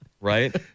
Right